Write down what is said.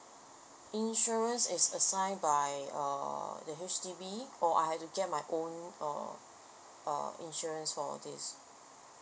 insurance is assign by err the H_D_B or I have to get my own uh uh insurance for this